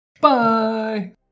bye